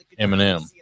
Eminem